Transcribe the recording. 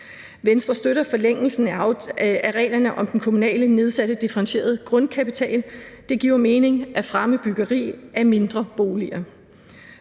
Venstre støtter forlængelsen af reglerne om den kommunale nedsatte differentierede grundkapital. Det giver mening at fremme byggeri af mindre boliger.